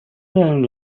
then